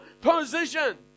position